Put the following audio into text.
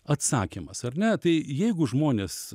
atsakymas ar ne tai jeigu žmonės